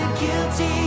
guilty